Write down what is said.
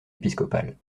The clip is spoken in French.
épiscopal